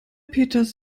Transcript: peters